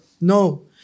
No